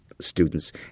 students